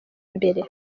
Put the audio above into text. mbere